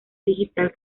digital